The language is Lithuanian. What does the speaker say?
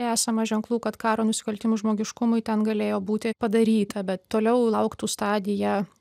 esama ženklų kad karo nusikaltimų žmogiškumui ten galėjo būti padaryta bet toliau lauktų stadija